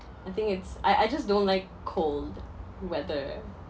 I think it's I I just don't like cold weather